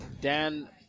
Dan